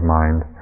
mind